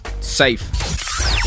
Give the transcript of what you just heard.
safe